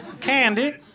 Candy